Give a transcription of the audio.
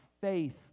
faith